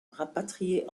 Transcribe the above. rapatrié